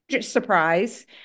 surprise